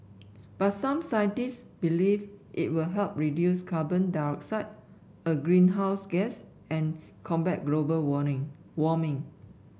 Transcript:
but some scientists believe it will help reduce carbon dioxide a greenhouse gas and combat global warning warming